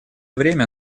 время